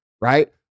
right